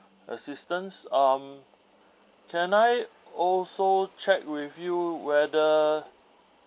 assistance um can I also check with you whether